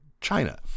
China